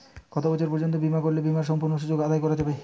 কত বছর পর্যন্ত বিমা করলে বিমার সম্পূর্ণ সুযোগ আদায় করা য়ায়?